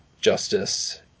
justice